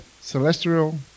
celestial